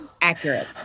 Accurate